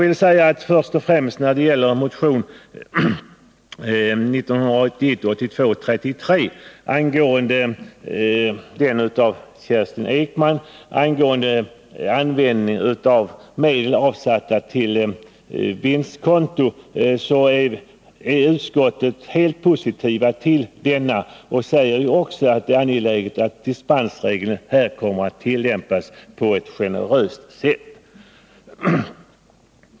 Utskottet är helt positivt till motion 1981/82:33 av Kerstin Ekman m.fl. angående användningen av medel avsatta på vinstkonto. Utskottet säger också att det är angeläget att dispensreglerna här tillämpas på ett generöst sätt.